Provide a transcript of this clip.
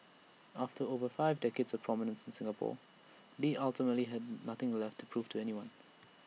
after over five decades of prominence in Singapore lee ultimately had nothing left to prove to anyone